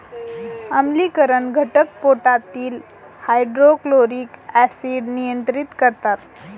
आम्लीकरण घटक पोटातील हायड्रोक्लोरिक ऍसिड नियंत्रित करतात